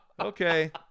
Okay